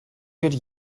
got